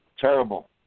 Terrible